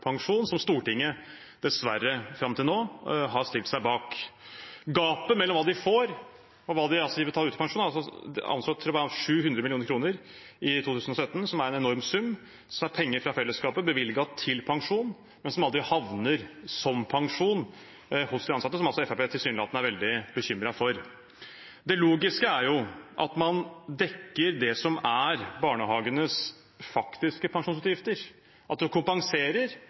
pensjon som Stortinget dessverre fram til nå har stilt seg bak. Gapet mellom hva eierne får, og hva de ansatte får, var anslått til å være 700 mill. kr i 2017 – en enorm sum – som er penger fra fellesskapet bevilget til pensjon, og som aldri havner som pensjon hos de ansatte, noe Fremskrittspartiet tilsynelatende er veldig bekymret for. Det logiske er jo at man dekker det som er barnehagenes faktiske pensjonsutgifter, at